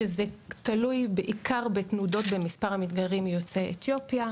שזה תלוי בעיקר בתנודות במספר המתגיירים יוצאי אתיופיה,